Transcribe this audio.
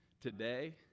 today